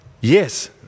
Yes